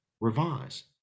revise